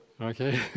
Okay